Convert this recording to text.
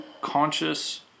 conscious